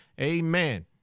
Amen